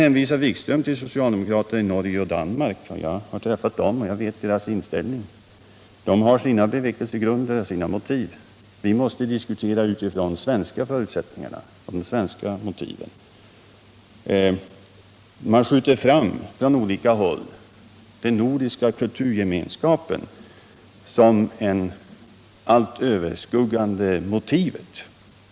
Wikström hänvisar till socialdemokraterna i Norge och Danmark. Jag har träffat dem och vet deras inställning. De har sina bevekelsegrunder och motiv. Vi måste diskutera utifrån svenska förutsättningar och motiv. Man skjuter från olika håll fram den nordiska kulturgemenskapen som det avgörande motivet.